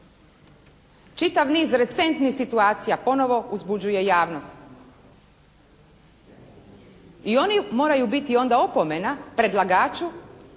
Čitav niz recentnih situacija ponovo uzbuđuje javnost. I oni moraju biti onda opomena predlagaču